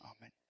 Amen